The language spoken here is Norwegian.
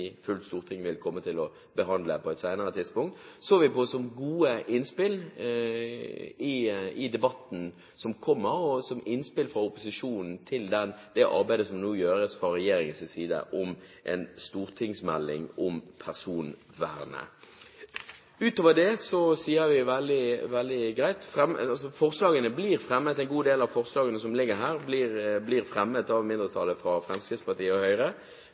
fullt ut kommer til å behandle i Stortinget på et senere tidspunkt – som gode innspill til debatten som kommer, innspill fra opposisjonen til det arbeidet som nå gjøres fra regjeringens side om en stortingsmelding om personvernet. En god del av forslagene som ligger her, blir fremmet av mindretallet, fra Fremskrittspartiet og Høyre.